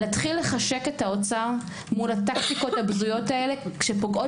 להתחיל לחשק את האוצר מול הטקטיקות הבזויות האלה שפוגעות